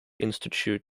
institute